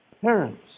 parents